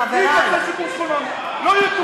חברי, אם נושא שיקום שכונות לא יתוקצב,